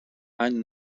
any